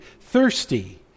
Thirsty